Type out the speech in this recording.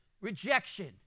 rejection